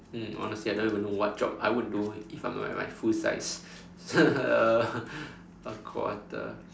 hmm honestly I don't even what job I would do if I'm a at my full size a quarter